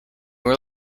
were